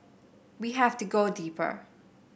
we have to go deeper